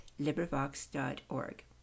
LibriVox.org